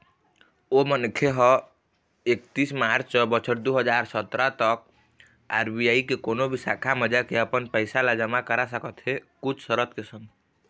ओ मनखे ह एकतीस मार्च बछर दू हजार सतरा तक आर.बी.आई के कोनो भी शाखा म जाके अपन पइसा ल जमा करा सकत हे कुछ सरत के संग